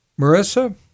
marissa